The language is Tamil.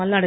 மல்லாடி